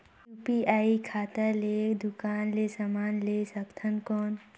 UPI खाता ले दुकान ले समान ले सकथन कौन?